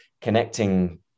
connecting